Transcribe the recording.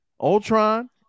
Ultron